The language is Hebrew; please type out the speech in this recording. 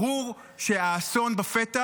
ברור שהאסון בפתח,